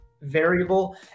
variable